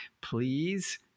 please